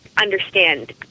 understand